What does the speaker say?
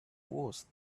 woods